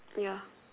ya